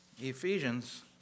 Ephesians